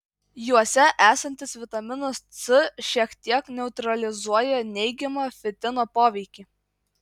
juose esantis vitaminas c šiek tiek neutralizuoja neigiamą fitino poveikį